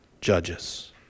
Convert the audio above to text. judges